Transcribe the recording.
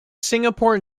singapore